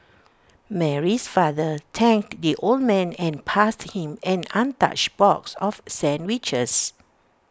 Mary's father thanked the old man and passed him an untouched box of sandwiches